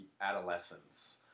adolescence